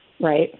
right